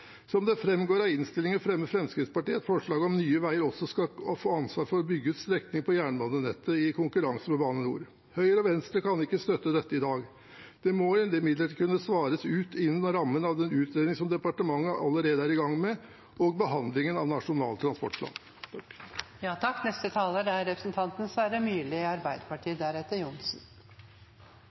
Som det framgår av innstillingen, fremmer Fremskrittspartiet et forslag om at Nye Veier også skal få ansvar for å bygge ut strekninger på jernbanenettet i konkurranse med Bane NOR. Høyre og Venstre kan ikke støtte dette i dag. Det må imidlertid kunne svares ut innen rammen av den utredningen som departementet allerede er i gang med, og i behandlingen av Nasjonal transportplan. Jeg vil bare aller først slå fast at Arbeiderpartiet